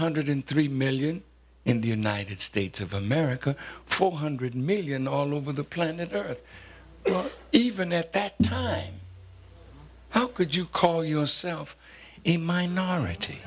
hundred three million in the united states of america four hundred million all over the planet earth even at that time how could you call yourself a minority